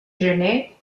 gener